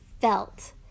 felt